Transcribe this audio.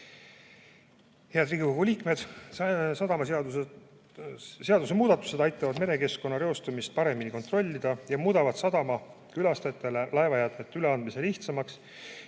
Head Riigikogu liikmed! Seadusemuudatused aitavad merekeskkonna reostumist paremini kontrollida ja muudavad sadamakülastajatele laevajäätmete üleandmise lihtsamaks